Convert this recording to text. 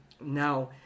now